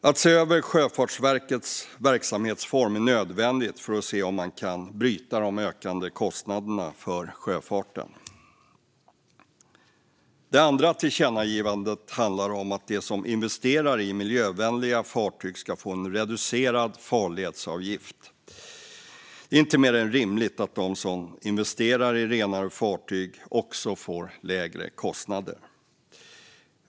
Att se över Sjöfartsverkets verksamhetsform är nödvändigt för att se om man kan bryta de ökande kostnaderna för sjöfarten. Det andra tillkännagivandet handlar om att de som investerar i miljövänliga fartyg ska få en reducerad farledsavgift. Det är inte mer än rimligt att de som investerar i renare fartyg också får lägre kostnader.